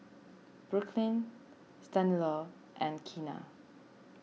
Brooklyn Stanislaus and Keena